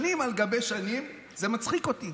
שנים על גבי שנים זה מצחיק אותי.